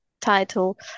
title